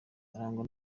arangwa